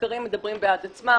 המחקרים מדברים בעד עצמם.